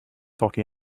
hockey